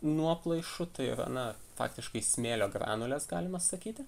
nuoplaišų tai yra na faktiškai smėlio granulės galima sakyti